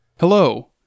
Hello